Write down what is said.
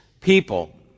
people